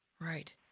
Right